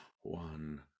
one